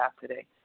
today